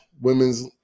women's